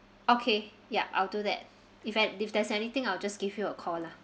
okay ya I'll do that if there if there's anything I'll just give you a call lah